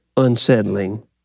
Unsettling